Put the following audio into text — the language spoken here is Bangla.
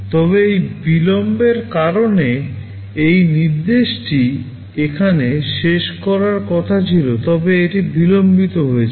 তবে এই বিলম্বের কারণে এই নির্দেশটি এখানে শেষ করার কথা ছিল তবে এটি বিলম্বিত হয়েছিল